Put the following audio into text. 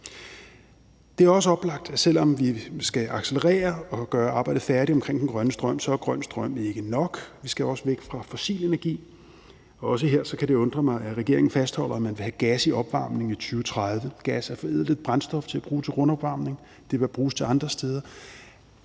Det er også oplagt, at selv om vi skal accelerere og gøre arbejdet færdigt omkring den grønne strøm, er grøn strøm ikke nok. Vi skal også væk fra fossil energi. Også her kan det undre mig, at regeringen fastholder, at man vil have gas i opvarmningen i 2030. Gas er et forædlet brændstof til at bruge til rumopvarmning, det bør bruges til andre steder.